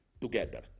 together